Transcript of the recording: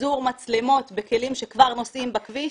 פיזור מצלמות בכלים שכבר נוסעים בכביש